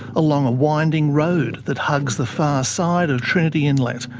along a winding road that hugs the far side of trinity inlet,